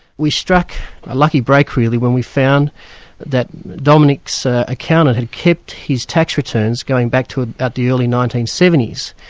we struck a lucky break really when we found that dominic's accountant had kept his tax returns going back to ah about the early nineteen seventy s,